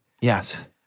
Yes